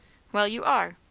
well, you are.